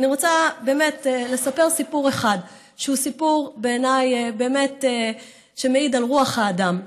ואני רוצה לספר סיפור אחד שהוא בעיניי סיפור שבאמת מעיד על רוח האדם,